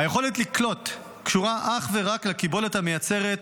היכולת לקלוט קשורה אך ורק לקיבולת המייצרת